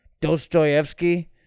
Dostoevsky